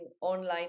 online